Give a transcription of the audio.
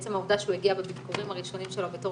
עצם העובדה שהוא הגיע בביקורים הראשונים שלו בתור